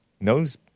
knows